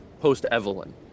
post-Evelyn